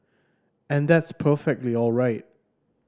and that's perfectly all right